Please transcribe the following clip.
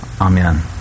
Amen